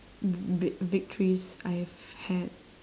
v~ vic~ victories I have had